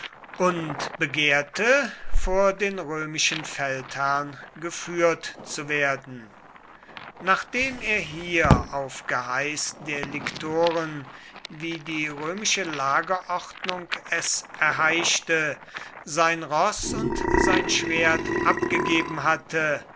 und begehrte vor den römischen feldherrn geführt zu werden nachdem er hier auf geheiß der liktoren wie die römische lagerordnung es erheischte sein roß und sein schwert abgegeben hatte